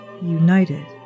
united